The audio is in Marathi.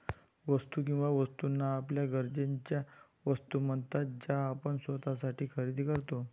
वस्तू किंवा वस्तूंना आपल्या गरजेच्या वस्तू म्हणतात ज्या आपण स्वतःसाठी खरेदी करतो